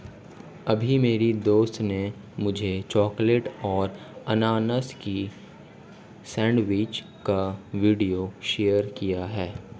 अभी मेरी दोस्त ने मुझे चॉकलेट और अनानास की सेंडविच का वीडियो शेयर किया है